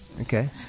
Okay